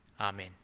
Amen